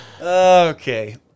Okay